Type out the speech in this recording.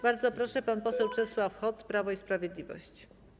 Bardzo proszę, pan poseł Czesław Hoc, Prawo i Sprawiedliwość.